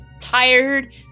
tired